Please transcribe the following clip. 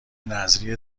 نذریه